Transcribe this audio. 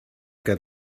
got